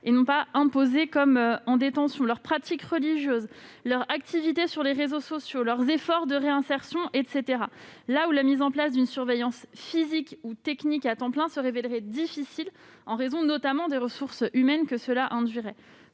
relations imposées qu'implique la détention, leur pratique religieuse, leur activité sur les réseaux sociaux, leurs efforts de réinsertion, etc., là où la mise en place d'une surveillance physique ou technique à temps plein se révélerait difficile, en raison notamment des ressources humaines qu'elle induirait.